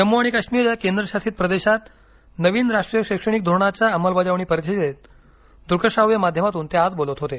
जम्मू आणि काश्मीर या केंद्र शासित प्रदेशात नवीन राष्ट्रीय शैक्षणिक धोरणाच्या अंमलबजावणी परिषदेत दृकश्राव्य माध्यमातून ते आज बोलत होते